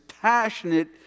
passionate